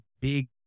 big